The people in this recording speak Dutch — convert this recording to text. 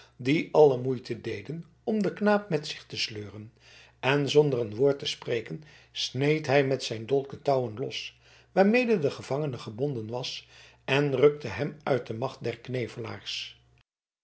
die alle moeite deden om den knaap met zich te sleuren en zonder een woord te spreken sneed hij met zijn dolk de touwen los waarmede de gevangene gebonden was en rukte hem uit de macht